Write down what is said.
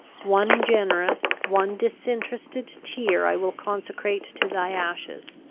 one generous, one disinterested tear i will consecrate to thy ashes!